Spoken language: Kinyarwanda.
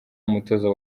umutoza